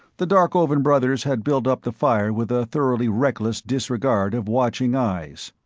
the darkovan brothers had built up the fire with a thoroughly reckless disregard of watching eyes.